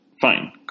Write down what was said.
Fine